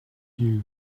you